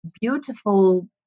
beautiful